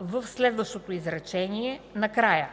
в следващото изречение накрая,